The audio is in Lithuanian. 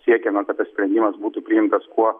siekiame kad tas sprendimas būtų priimtas kuo